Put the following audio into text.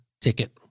ticket